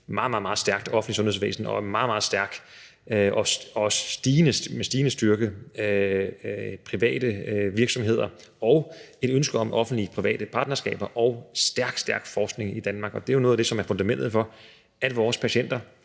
meget stærke – og med stigende styrke – private virksomheder og et ønske om offentlig-private partnerskaber og stærk, stærk forskning i Danmark. Og det er jo noget af det, som er fundamentet for, at vores patienter